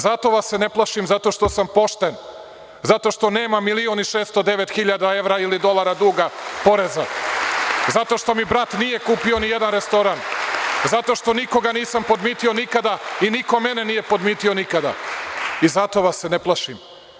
Zato vas se ne plašim, zato što sam pošten, zato što nemam 1.609.000 evra ili dolara duga poreza, zato što mi brat nije kupio ni jedan restoran, zato što nikoga nisam podmitio nikada i niko mene nije podmitio nikada i zato vas se ne plašim!